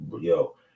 Yo